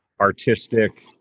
artistic